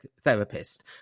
therapist